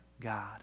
God